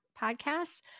podcasts